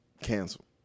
canceled